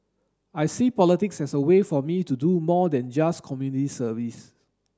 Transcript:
I see politics as a way for me to do more than just community service